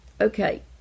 Okay